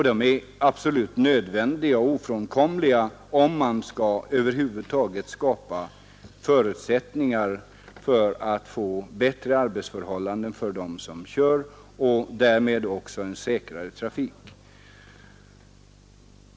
Det är absolut nödvändigt och ofrånkomligt, om man över huvud taget skall kunna skapa förutsättningar för bättre arbetsförhållanden för dem som kör och därmed för en säkrare trafik.